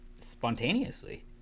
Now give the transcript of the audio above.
spontaneously